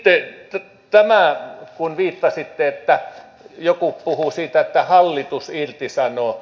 sitten tämä kun viittasitte että joku puhuu siitä että hallitus irtisanoo